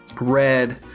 red